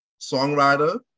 songwriter